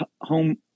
home